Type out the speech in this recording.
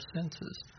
senses